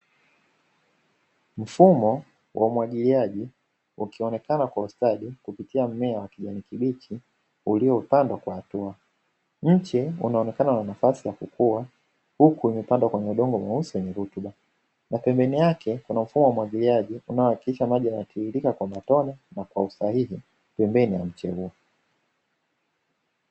Mfumo wa umwagiliaji ukionekana kwa ustadi kupitia mmea wa kijani kibichi uliopandwa kwa hatua, Mche unaonekana una nafasi ya kukua huku umepandwa kwenye udongo mweusi wenye rutuba, na pembeni yake kuna mfumo wa umwagiliaji unao hakikisha maji yanatiririka kwa matone na kwa usahihi pembeni ya mche huo